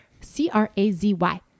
C-R-A-Z-Y